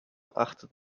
achtet